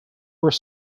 were